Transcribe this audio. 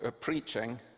preaching